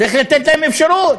צריך לתת להם אפשרות.